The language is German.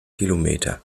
kilometer